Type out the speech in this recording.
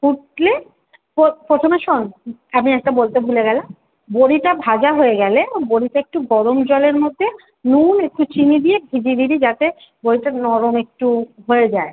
ফুটলে পো প্রথমে শোন আমি একটা বলতে ভুলে গেলাম বড়িটা ভাজা হয়ে গেলে বড়িটা একটু গরম জলের মধ্যে নুন একটু চিনি দিয়ে ভিজিয়ে দিবি যাতে বড়িটা নরম একটু হয়ে যায়